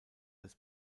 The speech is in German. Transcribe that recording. des